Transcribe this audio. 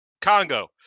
Congo